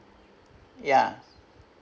ya